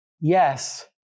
yes